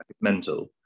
mental